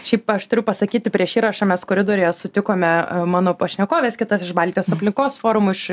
šiaip aš turiu pasakyti prieš įrašą mes koridoriuje sutikome mano pašnekoves kitas iš baltijos aplinkos forumo iš